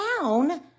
town